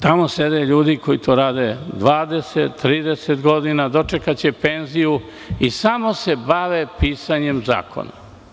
Tamo sede ljudi koji to rade 20, 30 godine, dočekaće penziju i samo se bave pisanjem zakona.